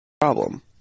Problem